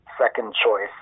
second-choice